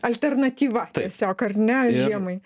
alternatyva tiesiog ar ne žiemai